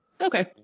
Okay